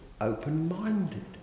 open-minded